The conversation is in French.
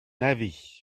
avis